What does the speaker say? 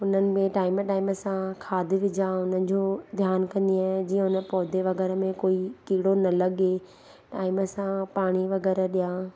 हुननि में time time सां खाद विझां हुननि जूं ध्यानु कंदी आहियां जीअं हुन पौधे वग़ैरह में कोई कीड़ो न लॻे टाइम सां पाणी वग़ैरह ॾियां